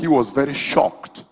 he was very shocked